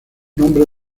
nombre